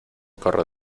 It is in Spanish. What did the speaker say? corre